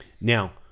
Now